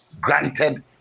granted